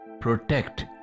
protect